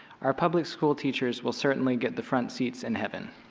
our public school teachers will certainly get the front seats in heaven.